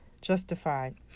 justified